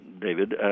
David